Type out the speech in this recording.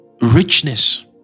richness